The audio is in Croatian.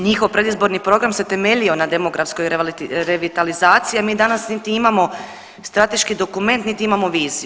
Njihov predizborni program se temeljio na demografskoj revitalizaciji, a mi danas niti imamo strateški dokument, niti imamo viziju.